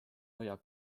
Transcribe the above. hoia